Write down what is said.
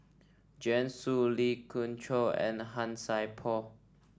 Joanne Soo Lee Khoon Choy and Han Sai Por